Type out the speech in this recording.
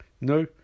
No